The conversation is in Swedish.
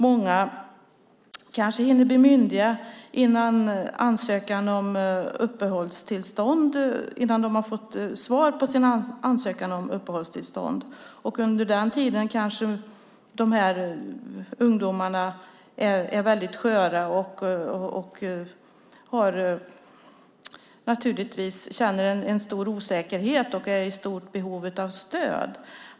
Många kanske hinner bli myndiga innan de får svar på sin ansökan om uppehållstillstånd. Under den tiden är dessa ungdomar sköra. De känner stor osäkerhet och är i stort behov av stöd.